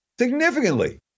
significantly